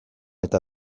eta